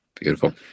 Beautiful